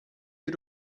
you